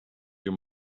your